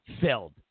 filled